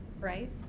right